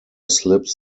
slips